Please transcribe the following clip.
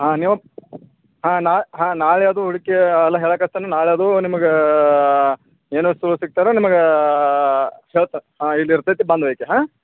ಹಾಂ ನೀವಪ ಹಾಂ ನಾ ಹಾಂ ನಾಳೆ ಅದು ಹುಡ್ಕಿ ಅಲ್ಲಾ ಹೇಳಕತ್ತನು ನಾಳೆ ಅದು ನಿಮ್ಗೆ ಏನು ಸು ಸಿಕ್ತಾರ ನಿಮಗ ಹೇಳ್ತಾರೆ ಹಾಂ ಇದು ಇರ್ತೈತಿ ಬಂದು ಹೋಯಿತಾ ಹಾಂ